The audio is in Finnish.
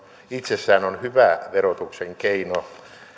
itsessään on hyvä verotuksen keino